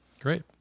Great